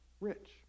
rich